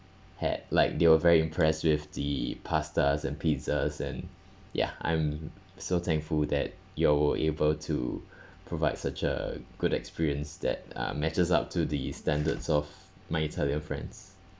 had like they were very impressed with the pastas and pizzas and ya I'm so thankful that you all were able to provide such a good experience that uh matches up to the standards of my italian friends